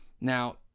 Now